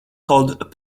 called